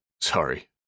Sorry